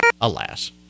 alas